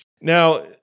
Now